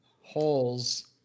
holes